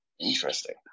Interesting